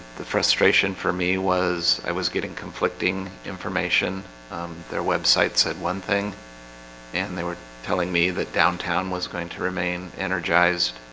the frustration for me was i was getting conflicting information their website said one thing and they were telling me that downtown was going to remain energized.